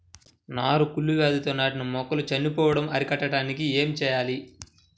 నారు కుళ్ళు వ్యాధితో నాటిన మొక్కలు చనిపోవడం అరికట్టడానికి ఏమి చేయాలి?